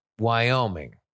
Wyoming